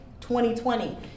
2020